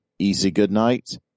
easygoodnight